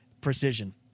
precision